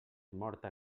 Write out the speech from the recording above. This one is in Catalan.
morta